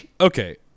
okay